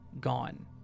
gone